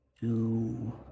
Two